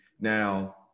Now